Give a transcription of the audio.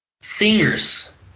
Singers